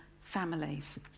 families